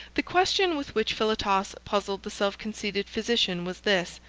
the question with which philotas puzzled the self-conceited physician was this.